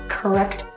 correct